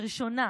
לראשונה